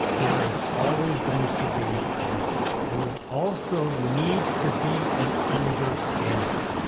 there is always going to be risks and there's also needs to be an understanding,